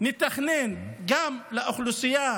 נתכנן גם לאוכלוסייה